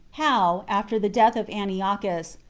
how, after the death of antiochus,